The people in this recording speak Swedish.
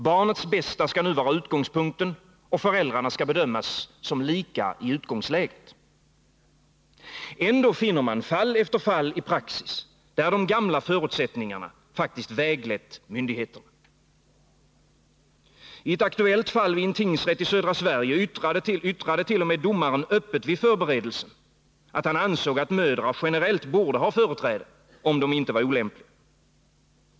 Barnets bästa skall nu vara utgångspunkten, och föräldrarna skall bedömas som lika i utgångsläget. Ändå finner man fall efter fall i praxis, där de gamla förutsättningarna faktiskt väglett myndigheterna. I ett aktuellt fall vid en tingsrätt i södra Sverige yttrade t.o.m. domaren öppet vid förberedelsen, att han ansåg att mödrar generellt borde ha företräde om de inte var olämpliga.